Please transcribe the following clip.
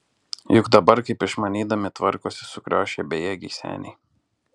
juk dabar kaip išmanydami tvarkosi sukriošę bejėgiai seniai